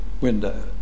window